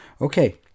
Okay